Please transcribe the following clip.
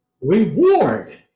reward